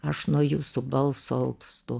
aš nuo jūsų balso alpstu